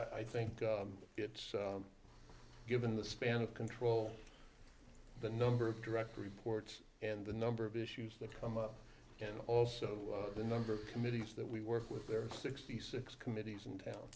six i think it's given the span of control the number of direct reports and the number of issues that come up and also the number of committees that we work with there are sixty six committees in town